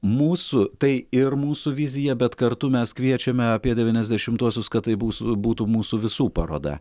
mūsų tai ir mūsų vizija bet kartu mes kviečiame apie devyniasdešimtuosius kad tai bus būtų mūsų visų paroda